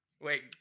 Wait